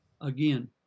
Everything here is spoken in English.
again